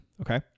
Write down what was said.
Okay